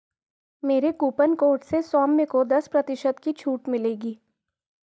मेरे coupon code से सौम्य को दस प्रतिशत की छूट मिलेगी